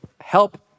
Help